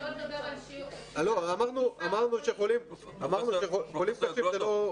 אמרנו שחולים קשים זה לא רלוונטי.